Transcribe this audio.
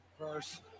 First